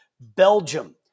Belgium